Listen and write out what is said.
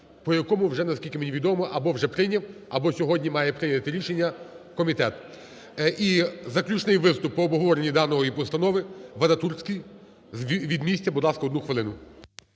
по якому вже, наскільки мені відомо, або вже прийняв, або сьогодні має прийняти рішення комітет. І заключний виступ по обговоренню даної постанови - Вадатурський. Від місця, будь ласка, 1 хвилина.